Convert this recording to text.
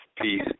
peace